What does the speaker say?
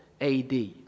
AD